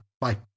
Bye